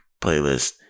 playlist